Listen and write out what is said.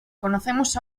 conocemos